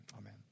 amen